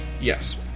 Yes